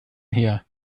her